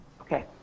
Okay